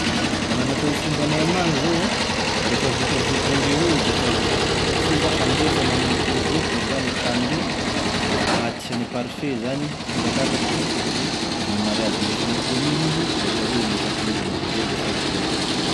Magnano akone fomba anay amign'agny zao, rehefa vita vodiondry avao izy defa vita, f'izy zash amzao, efa manomboky mivoatra moa zany e tany zao agnatisany hoe parfait zany, tonga lafatry de hoe hany mariazy hindesy ame kôminy izy da rehefa aveo hindesy am-piangonany, ndre defa vita gne vodiondry.